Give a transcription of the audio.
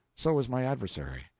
so was my adversary.